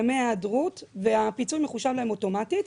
ימי היעדרות, והפיצוי מחושב להם אוטומטית.